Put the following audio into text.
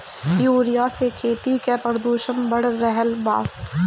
urea से खेती क प्रदूषण बढ़ रहल बा